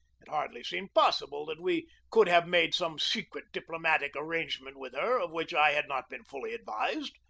it hardly seemed possible that we could have made some secret diplomatic arrange ment with her of which i had not been fully advised.